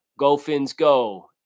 GoFinsGo